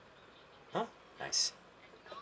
oh nice